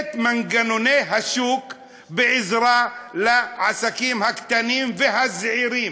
את מנגנוני השוק בעזרה לעסקים הקטנים והזעירים?